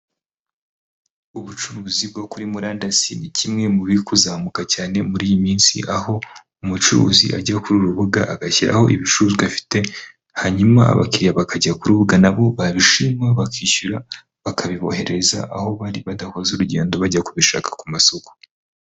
Ubucuruzi bwo kuri murandasi ni kimwe mu kuzamuka cyane muri iyi minsi, aho umucuruzi ajya kuri uru rubuga agashyiraho ibicuruzwa afite, hanyuma abakiriya bakajya ku rubuga na bo babishima bakishyura bakabibohereza aho bari, badakoze urugendo bajya kubishaka ku masoko.